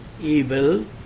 Evil